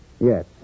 Yes